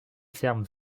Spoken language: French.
ferme